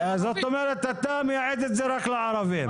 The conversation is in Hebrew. זאת אומרת, אתה מייעד את זה רק לערבים.